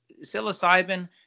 psilocybin